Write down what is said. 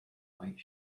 white